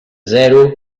zero